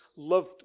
loved